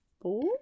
four